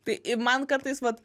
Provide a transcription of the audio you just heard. tai man kartais vat